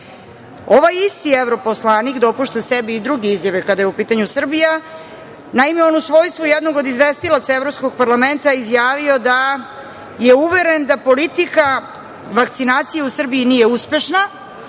isti europoslanik dopušta sebi i druge izjave kada je u pitanju Srbija. Naime, on je u svojstvu jednog od izvestilaca Evropskog parlamenta izjavio da je uveren da politika vakcinacije u Srbiji nije uspešna,